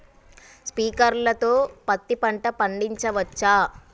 Sprinkler తో పత్తి పంట పండించవచ్చా?